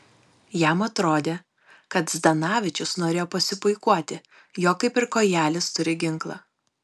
jam atrodė kad zdanavičius norėjo pasipuikuoti jog kaip ir kojelis turi ginklą